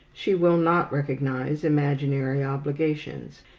she will not recognize imaginary obligations.